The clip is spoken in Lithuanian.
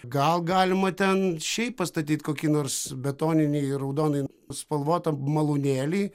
gal galima ten šiaip pastatyt kokį nors betoninį raudoną spalvotą malūnėlį